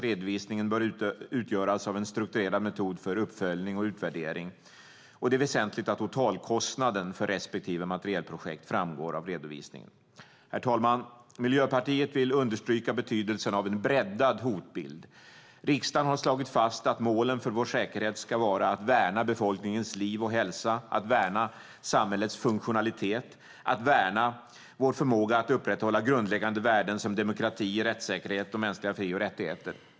Redovisningen bör utgöras av en strukturerad metod för uppföljning och utvärdering, och det är väsentligt att totalkostnaden för respektive materielprojekt framgår av redovisningen. Herr talman! Miljöpartiet vill understryka betydelsen av en breddad hotbild. Riksdagen har slagit fast att målen för vår säkerhet ska vara att värna befolkningens liv och hälsa, att värna samhällets funktionalitet och att värna vår förmåga att upprätthålla grundläggande värden som demokrati, rättssäkerhet och mänskliga fri och rättigheter.